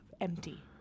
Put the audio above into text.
empty